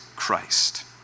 Christ